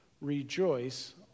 Rejoice